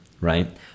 Right